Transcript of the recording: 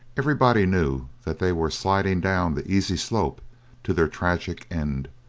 everybody knew that they were sliding down the easy slope to their tragic end,